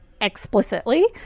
explicitly